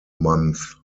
months